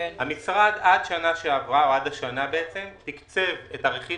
המשרד עד שנה שעברה או בעצם עד השנה תקצב את הרכיב